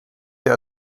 der